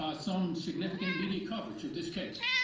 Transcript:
um some significant media coverage of this case.